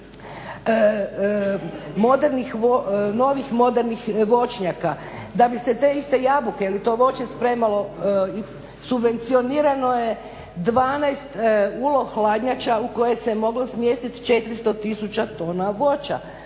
novih voćnjaka da bi se te iste jabuke ili to voće spremalo subvencionirano je 12 ULO hladnjača u koje se moglo smjestiti 400 tisuća tona voća,